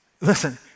listen